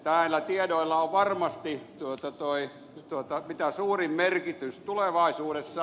näillä tiedoilla on varmasti mitä suurin merkitys tulevaisuudessa